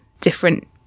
different